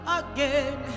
again